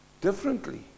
Differently